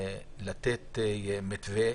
לתת מתווה,